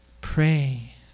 pray